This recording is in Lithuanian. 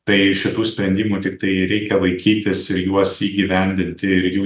tai šitų sprendimų tiktai reikia vaikytis juos įgyvendinti ir jų